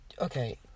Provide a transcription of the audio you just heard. Okay